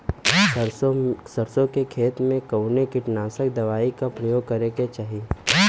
सरसों के खेत में कवने कीटनाशक दवाई क उपयोग करे के चाही?